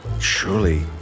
surely